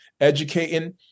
educating